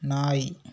நாய்